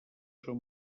són